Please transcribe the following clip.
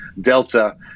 Delta